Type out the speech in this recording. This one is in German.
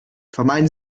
vermeiden